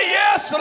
yes